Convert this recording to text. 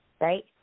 right